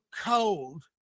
cold